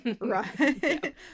right